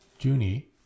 Junie